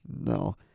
no